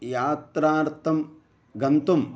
यात्रार्थं गन्तुम्